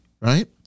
right